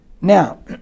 Now